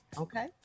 Okay